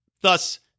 Thus